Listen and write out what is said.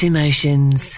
Emotions